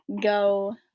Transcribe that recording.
go